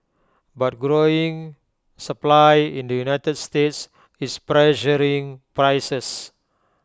but growing supply in the united states is pressuring prices